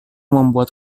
membuat